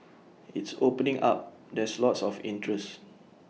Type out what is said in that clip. it's opening up there's lots of interest